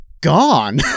gone